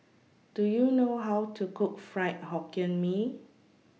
Do YOU know How to Cook Fried Hokkien Mee